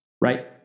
right